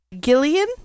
Gillian